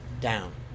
down